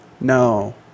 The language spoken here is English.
No